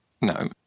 No